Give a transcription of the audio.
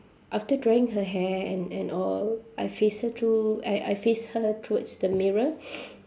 after drying her hair and and all I face her to~ I I face her towards the mirror